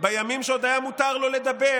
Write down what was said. בימים שעוד היה מותר לו לדבר